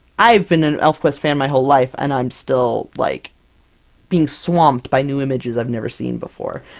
i've been an elfquest fan my whole life, and i'm still like being swamped by new images i've never seen before!